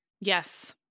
Yes